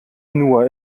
nur